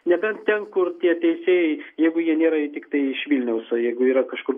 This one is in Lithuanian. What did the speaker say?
nebent ten kur tie teisėjai jeigu jie nėra tiktai iš vilniaus o jeigu yra kažkur